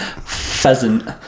Pheasant